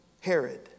Herod